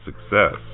success